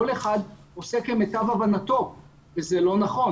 כל אחד עושה כמיטב הבנתו וזה לא נכון.